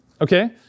okay